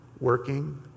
working